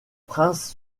princes